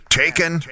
taken